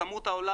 מטילות,